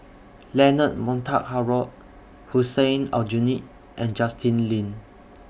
Leonard Montague Harrod Hussein Aljunied and Justin Lean